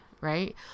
right